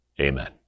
Amen